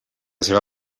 seva